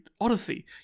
Odyssey